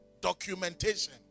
Documentation